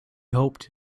hoped